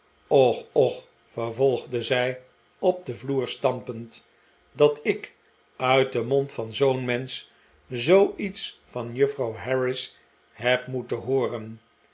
och och vervolgde zij op den vloer stampend dat ik uit den mond van zoo'n mensch zdoiets van juf frouw harris heb moeten hooren